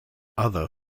other